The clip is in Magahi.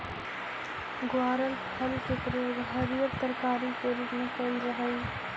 ग्वारफल के प्रयोग हरियर तरकारी के रूप में कयल जा हई